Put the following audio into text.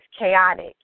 chaotic